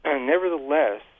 nevertheless